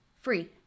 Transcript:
free